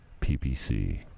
PPC